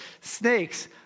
snakes